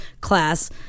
class